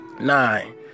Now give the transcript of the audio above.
Nine